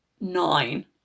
nine